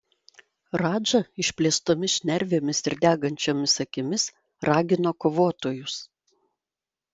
radža išplėstomis šnervėmis ir degančiomis akimis ragino kovotojus